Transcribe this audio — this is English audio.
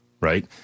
right